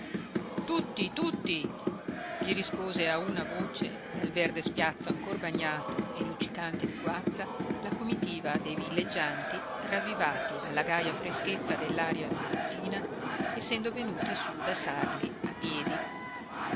tutti tutti gli rispose a una voce dal verde spiazzo ancor bagnato e luccicante di guazza la comitiva dei villeggianti ravvivati dalla gaja freschezza dell'aria mattutina essendo venuti su da sarli a piedi